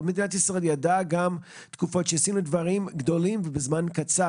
מדינת ישראל ידעה גם תקופות בהן עשו דברים גדולים בזמן קצר,